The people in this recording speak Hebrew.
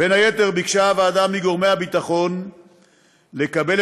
ובין היתר ביקשה מגורמי הביטחון לקבל